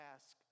Ask